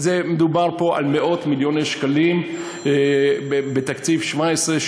מדובר פה על מאות-מיליוני שקלים בתקציב 17',